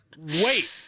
wait